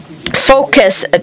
Focus